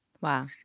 Wow